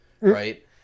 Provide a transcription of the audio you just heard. right